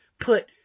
put